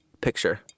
picture